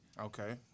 Okay